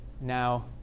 now